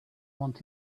want